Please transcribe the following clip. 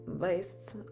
based